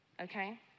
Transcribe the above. okay